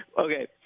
Okay